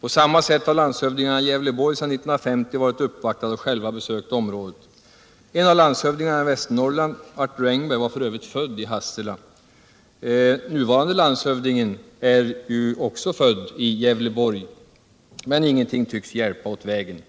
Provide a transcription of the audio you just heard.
På samma sätt har landshövdingarna i Gävleborg sedan 1950 varit uppvaktade och själva besökt området. En av landshövdingarna i Västernorrland, Arthur Engberg, var f.ö. född i Hassela. Också den nuvarande landshövdingen är född i Gävleborg. Men ingenting tycks hjälpa när det gäller denna väg.